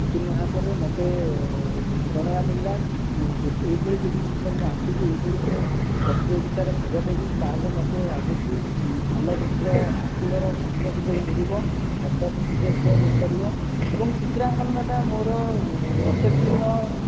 ଉତ୍ତୀର୍ଣ୍ଣ ହେବା ପରେ ମୋତେ ପ୍ରେରଣା ମିଳିଲା ଯେ ଏହିଭଳି ଚିତ୍ର ଯଦି ମୁଁ ଆଙ୍କିବି ଏହିଭଳି ମୁଁ ପ୍ରତିଯୋଗିତାରେ ଭାଗ ନେବି ତହେଲେ ମୋତେ ଆଗକୁ ଭଲ ଚିତ୍ର ଆଙ୍କିବାର ସୁବିଧା ସୁଯୋଗ ମିଳିବ ସରକାରଙ୍କ ସୁବିଧା ସୁଯୋଗ ମିଳିପାରିବ ଏବଂ ଚିତ୍ର ଆଙ୍କନଟା ମୋର ପ୍ରତ୍ୟେକ ଦିନ